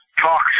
talk